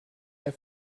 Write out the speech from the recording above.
der